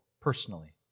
personally